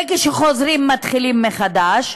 וכשחוזרים מתחילים מחדש,